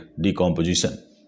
decomposition